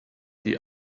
die